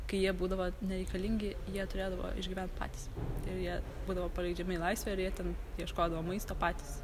kai jie būdavo nereikalingi jie turėdavo išgyvent patys ir jie būdavo paleidžiami į laisvę ir jie ten ieškodavo maisto patys